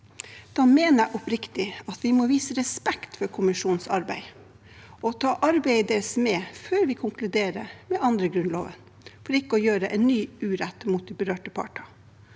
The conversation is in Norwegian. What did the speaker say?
mener jeg oppriktig at vi må vise respekt for kommisjonens arbeid og ta arbeidet deres med før vi konkluderer med å endre Grunnloven, for ikke å gjøre en ny urett mot berørte parter.